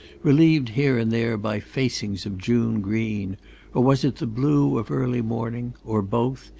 relieved here and there by facings of june green or was it the blue of early morning or both?